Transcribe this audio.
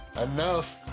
Enough